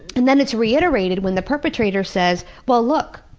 and then it's reiterated when the perpetrator says, well, look,